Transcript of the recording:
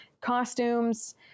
costumes